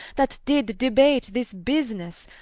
that did debate this businesse,